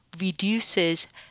reduces